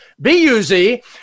B-U-Z